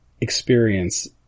experience